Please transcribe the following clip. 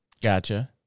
Gotcha